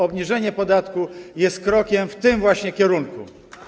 Obniżenie podatku jest krokiem w tym właśnie kierunku.